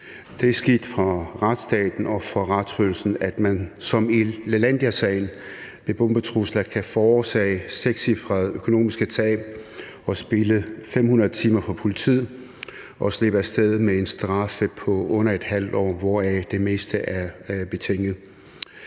Det er skidt for retsstaten og for retsfølelsen, at man som i Lalandiasagen med bombetrusler kan forårsage sekscifrede økonomiske tab og spilde 500 timer hos politiet og slippe af sted med en straf på under et halvt år, hvoraf det meste er betinget.